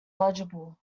legible